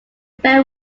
very